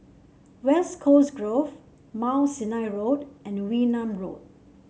West Coast Grove Mount Sinai Road and Wee Nam Road